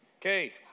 Okay